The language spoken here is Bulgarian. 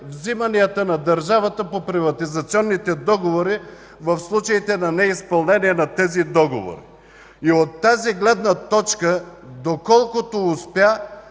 вземанията на държавата по приватизационните договори в случаите на неизпълнение на тези договори. От тази гледна точка, доколкото успя,